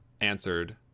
answered